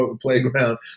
playground